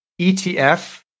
ETF